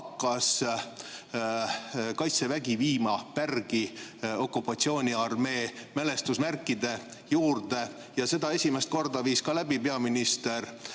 hakkas Kaitsevägi viima pärgi okupatsiooniarmee mälestusmärkide juurde. Selle viis esimest korda läbi peaminister